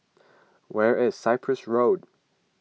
where is Cyprus Road